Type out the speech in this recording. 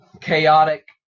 chaotic